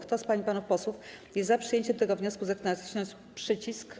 Kto z pań i panów posłów jest za przyjęciem tego wniosku, zechce nacisnąć przycisk.